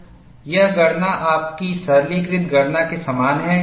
यह गणना आपकी सरलीकृत गणना के समान है